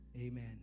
amen